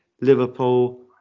Liverpool